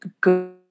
good